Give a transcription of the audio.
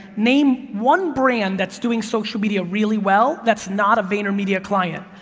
name one brand that's doing social media really well that's not a vayner media client,